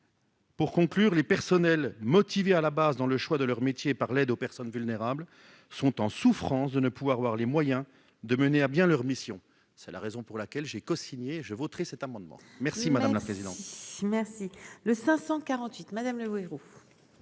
Pour conclure, les personnels motivés à la base dans le choix de leur métier, par l'aide aux personnes vulnérables sont en souffrance de ne pouvoir avoir les moyens de mener à bien leur mission, c'est la raison pour laquelle j'ai cosigné je voterai cet amendement merci madame. Merci le 548 madame Le héros.